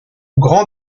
grand